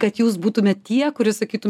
kad jūs būtumėt tie kuris sakytų